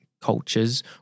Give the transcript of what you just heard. cultures